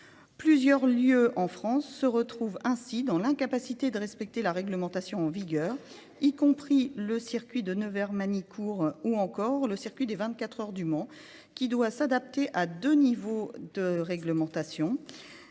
Plusieurs lieux en France se retrouvent ainsi dans l'incapacité de respecter la réglementation en vigueur, y compris le circuit de Nevers-Manicour ou encore le circuit des 24 heures du Mans qui doit s'adapter à deux niveaux de réglementation,